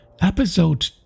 episode